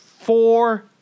Four